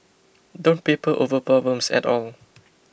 don't paper over problems at all